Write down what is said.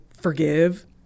forgive